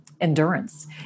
endurance